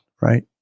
right